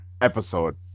episode